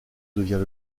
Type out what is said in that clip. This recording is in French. devient